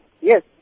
yes